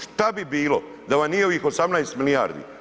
Što bi bilo da vam nije ovih 18 milijardi?